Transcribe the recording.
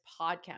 podcast